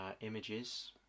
Images